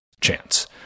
chance